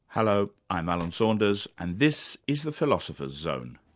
hello, i'm alan saunders and this is the philosopher's zone.